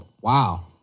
Wow